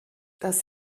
das